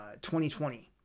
2020